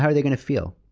how are they going to feel?